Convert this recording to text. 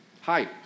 Hi